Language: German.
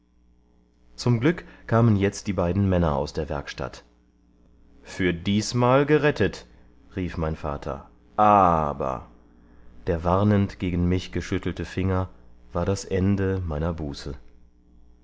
zum glück kamen jetzt die beiden männer aus der werkstatt für diesmal gerettet rief mein vater aber der warnend gegen mich geschüttelte finger war das ende meiner buße